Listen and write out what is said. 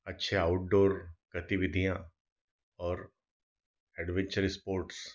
अच्छी आउटडोर गतिविधियाँ और एडवेन्चर स्पोर्ट्स